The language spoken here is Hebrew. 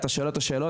שואל שאלות,